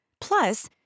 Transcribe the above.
plus